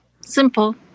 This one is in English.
Simple